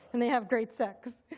and they have great sex.